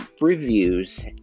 reviews